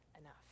enough